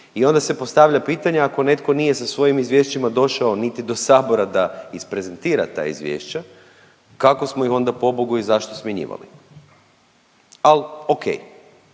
I onda se postavlja pitanje ako netko nije sa svojim izvješćima došao niti do Sabora da isprezentira ta izvješća kako smo ih onda pobogu i zašto smjenjivali? Ali ok.